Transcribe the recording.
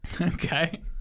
Okay